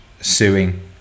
Suing